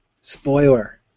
Spoiler